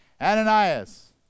Ananias